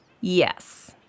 Yes